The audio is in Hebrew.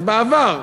אז בעבר,